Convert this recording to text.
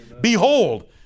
Behold